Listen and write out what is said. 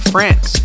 France